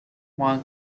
while